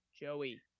joey